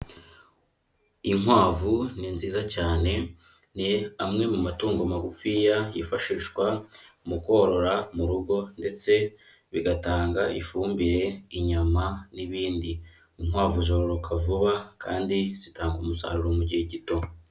Inkwavu ni nziza cyane, ni amwe mu matungo magufi yifashishwa mu korora mu rugo ndetse bigatanga ifumbire, inyama n'ibindi, inkwavu zororoka vuba kandi zitanga umusaruro mu gihe gito.